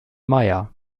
meier